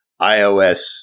iOS